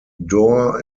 door